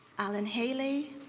alan hailey,